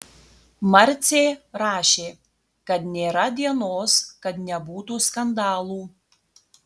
marcė rašė kad nėra dienos kad nebūtų skandalų